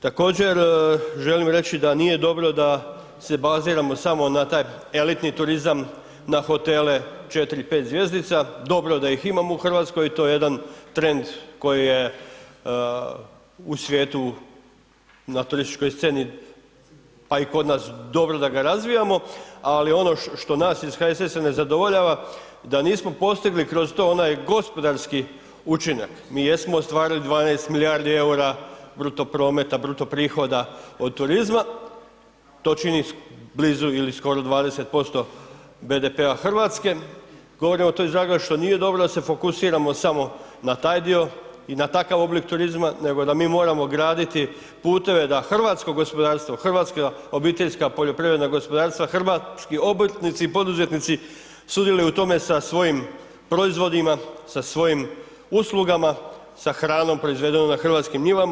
Također želim reći da nije dobro da se baziramo samo na taj elitni turizam, na hotele 4, 5 zvjezdica, dobro da ih imamo u Hrvatskoj i to je jedan trend koji je u svijetu na turističkoj sceni, a i kod nas dobro da ga razvijamo, ali ono što nas iz HSS-a nezadovoljava da nismo postigli kroz to onaj gospodarski učinak, mi jesmo ostvarili 12 milijardi EUR-a bruto prometa, bruto prihoda od turizma, to čini blizu ili skoro 20% BDP-a Hrvatske, govorimo to iz razloga što nije dobro da se fokusiramo samo na taj dio i na takav oblik turizma, nego da mi moramo graditi puteve da hrvatsko gospodarstvo, hrvatska obiteljska poljoprivredna gospodarstva, hrvatski obrtnici i poduzetnici sudjeluju u tome sa svojim proizvodima, sa svojim uslugama, sa hranom proizvedenom na hrvatskim njivama.